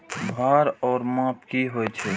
भार ओर माप की होय छै?